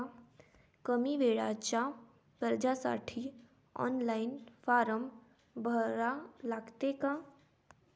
कमी वेळेच्या कर्जासाठी ऑनलाईन फारम भरा लागते का?